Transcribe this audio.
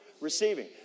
Receiving